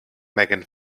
megan